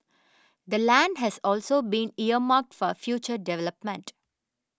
the land has also been earmarked for future development